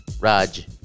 Raj